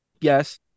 Yes